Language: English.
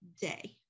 day